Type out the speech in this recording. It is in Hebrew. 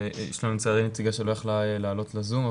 יש לצערנו נציגה שלא יכלה לעלות לזום,